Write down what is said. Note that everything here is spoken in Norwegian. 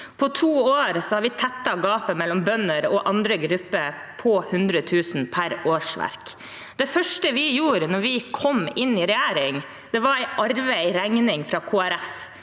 På to år har vi tettet gapet mellom bønder og andre grupper med 100 000 kr per årsverk. Det første vi gjorde da vi kom i regjering, var å arve en regning fra